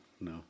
no